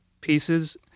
pieces